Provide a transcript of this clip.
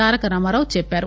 తారక రామారావు చెప్పారు